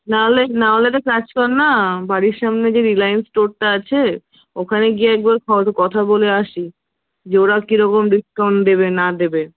নাহলে নাহলে একটা কাজ কর না বাড়ির সামনে যে রিলাইন্স স্টোরটা আছে ওখানে গিয়ে একবার কথা বলে আসি যে ওরা কি রকম ডিসকাউন্ট দেবে না দেবে